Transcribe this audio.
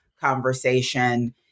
conversation